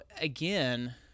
again